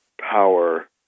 power